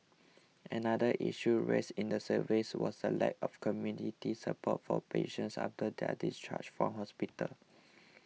another issue raised in the surveys was the lack of community support for patients after their discharge from hospital